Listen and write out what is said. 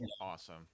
awesome